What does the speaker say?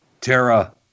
Tara